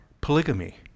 polygamy